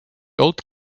old